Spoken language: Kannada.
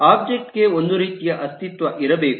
ಒಬ್ಜೆಕ್ಟ್ ಗೆ ಒಂದು ರೀತಿಯ ಅಸ್ತಿತ್ವ ಇರಬೇಕು